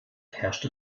herrschte